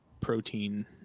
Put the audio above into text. protein